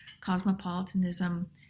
cosmopolitanism